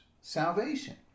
salvation